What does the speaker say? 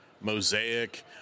mosaic